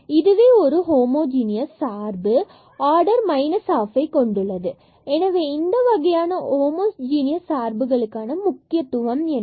எனவே இதுவே ஒரு ஹோமோஜனியஸ் சார்பு ஆர்டரை ½ கொண்டுள்ளது எனவே இந்த வகையான ஹோமோஜுனியஸ் சார்புகளுக்கான முக்கியத்துவம் என்ன